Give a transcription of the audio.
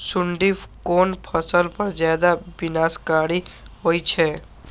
सुंडी कोन फसल पर ज्यादा विनाशकारी होई छै?